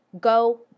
go